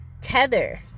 tether